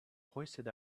hoisted